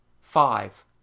Five